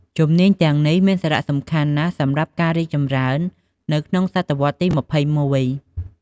ជំនាញទាំងនេះមានសារៈសំខាន់ណាស់សម្រាប់ការរីកចម្រើននៅក្នុងសតវត្សទី ២១។